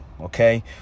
Okay